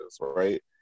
right